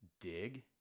dig